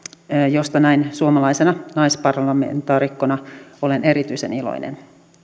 josta näin suomalaisena naisparlamentaarikkona olen erityisen iloinen